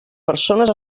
persones